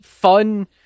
fun